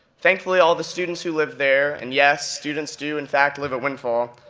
thankfully, all of the students who lived there, and yes, students do in fact live at windfall,